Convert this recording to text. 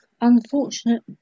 unfortunate